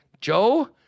Joe